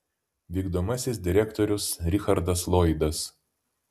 vykdomasis direktorius richardas lloydas